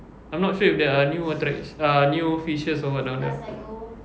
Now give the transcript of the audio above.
I'm not sure if there are new attrac~ uh new fishes or what now there